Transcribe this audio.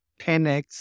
10x